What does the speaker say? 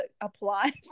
apply